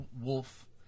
wolf